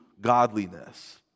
godliness